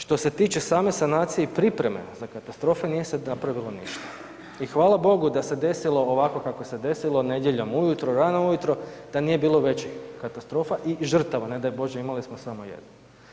Što se tiče same sanacije i pripreme za katastrofe nije se napravilo ništa i hvala Bogu da se desilo ovako kako se desilo nedjeljom ujutro, rano ujutro, da nije bilo većih katastrofa i žrtava ne daj Bože, imali smo samo jednu.